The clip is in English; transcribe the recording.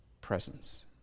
presence